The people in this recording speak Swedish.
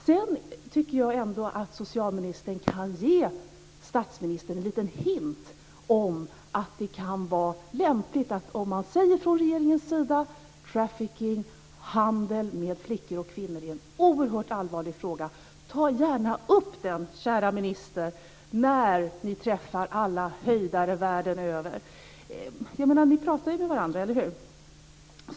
Jag tycker att socialministern kan ge statsministern en liten hint att det kan vara lämpligt att man säger från regeringen att trafficking, handel med flickor och kvinnor är en oerhört allvarlig fråga. Ta gärna upp den frågan, kära minister, när ni träffar alla höjdare världen över. Ni pratar ju med varandra, eller hur?